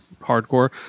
hardcore